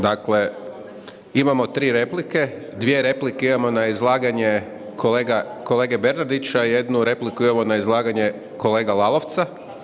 Dakle, imamo tri replike, dvije replike imamo na izlaganje kolege Bernardića, jednu repliku imamo na izlaganje kolege Lalovca.